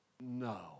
No